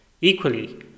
Equally